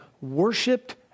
worshiped